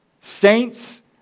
Saints